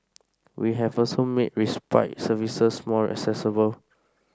we have also made respite services more accessible